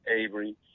Avery